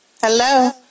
Hello